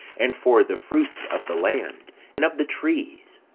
and for the fruits of the land, and of the trees.